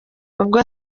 ubwo